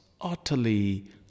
utterly